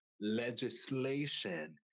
legislation